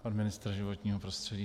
Pan ministr životního prostředí.